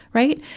right.